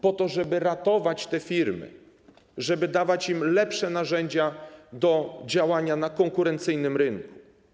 Po to, żeby ratować te firmy, żeby dawać im lepsze narzędzia do działania na konkurencyjnym rynku.